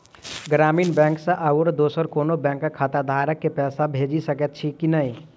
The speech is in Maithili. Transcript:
ग्रामीण बैंक सँ आओर दोसर कोनो बैंकक खाताधारक केँ पैसा भेजि सकैत छी की नै?